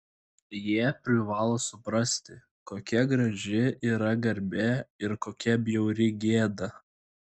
jie privalo suprasti kokia graži yra garbė ir kokia bjauri gėda